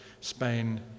Spain